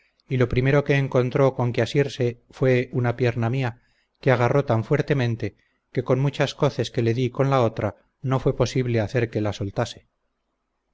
y lo primero que encontró con que asirse fue una pierna mía que agarró tan fuertemente que con muchas coces que le dí con la otra no fue posible hacer que la soltase